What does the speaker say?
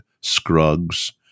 Scruggs